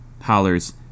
hollers